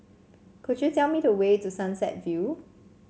could you tell me the way to Sunset View